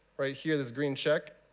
right here, this green check,